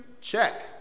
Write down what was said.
check